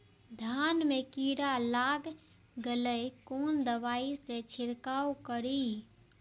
धान में कीरा लाग गेलेय कोन दवाई से छीरकाउ करी?